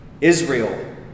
Israel